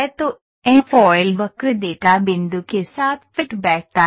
तो Airfoil वक्र data बिंदु के साथ फिट बैठता है